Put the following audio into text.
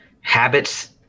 habits